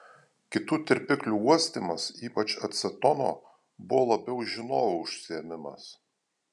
kitų tirpiklių uostymas ypač acetono buvo labiau žinovų užsiėmimas